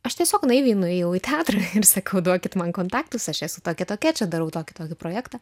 aš tiesiog naiviai nuėjau į teatrą ir sakau duokit man kontaktus aš esu tokia tokia čia darau tokį tokį projektą